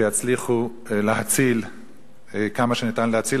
שיצליחו להציל כמה שניתן להציל.